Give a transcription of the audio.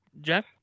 Jack